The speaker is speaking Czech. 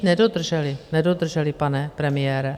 Nedodrželi nedodrželi, pane premiére!